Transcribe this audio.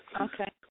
Okay